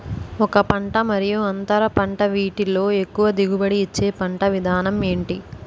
ఒక పంట మరియు అంతర పంట వీటిలో ఎక్కువ దిగుబడి ఇచ్చే పంట విధానం ఏంటి?